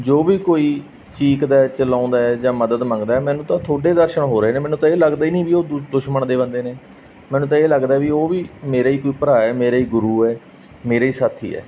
ਜੋ ਵੀ ਕੋਈ ਚੀਕਦਾ ਹੈ ਚਲਾਉਂਦਾ ਹੈ ਜਾਂ ਮਦਦ ਮੰਗਦਾ ਹੈ ਮੈਨੂੰ ਤਾਂ ਤੁਹਾਡੇ ਦਰਸ਼ਨ ਹੋ ਰਹੇ ਨੇ ਮੈਨੂੰ ਤਾਂ ਇਹ ਲੱਗਦਾ ਹੀ ਨਹੀਂ ਓ ਉਹ ਦੁਸ਼ਮਣ ਦੇ ਬੰਦੇ ਨੇ ਮੈਨੂੰ ਤਾਂ ਇਹ ਲੱਗਦਾ ਵੀ ਉਹ ਵੀ ਮੇਰਾ ਹੀ ਕੋਈ ਭਰਾ ਹੈ ਮੇਰੇ ਹੀ ਗੁਰੂ ਹੈ ਮੇਰੇ ਹੀ ਸਾਥੀ ਹੈ